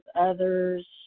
others